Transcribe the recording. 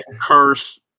curse